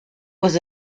was